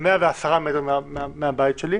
110 מטרים מהבית שלי,